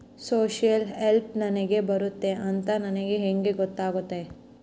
Social help ನನಗೆ ಬರುತ್ತೆ ಅಂತ ನನಗೆ ಹೆಂಗ ಗೊತ್ತಾಗುತ್ತೆ?